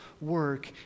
work